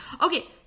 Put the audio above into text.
Okay